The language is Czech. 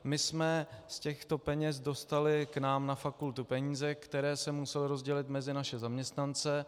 My jsme z těchto peněz dostali k nám na fakultu peníze, které se musely rozdělit mezi naše zaměstnance.